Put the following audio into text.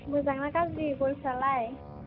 मोजां ना गाज्रि गयफोरालाय